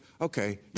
okay